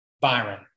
Byron